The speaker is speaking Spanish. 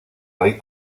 rey